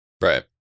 right